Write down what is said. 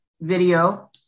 video